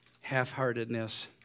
half-heartedness